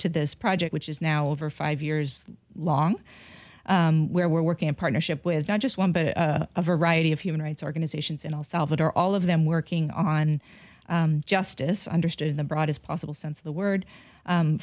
to this project which is now over five years long where we're working in partnership with not just one but a variety of human rights organizations and all salvador all of them working on justice understood in the broadest possible sense of the word